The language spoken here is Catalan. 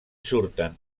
surten